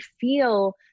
feel